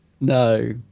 No